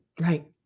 right